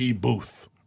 booth